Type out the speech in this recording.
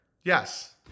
Yes